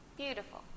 Beautiful